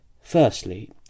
Firstly